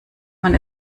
man